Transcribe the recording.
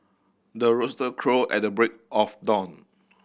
the rooster crow at the break of dawn